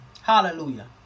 Hallelujah